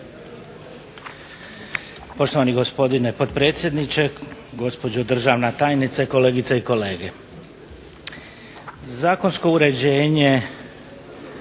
(HNS)** Gospodine potpredsjedniče, gospođo državna tajnice, kolegice i kolege. Zakonsko uređenje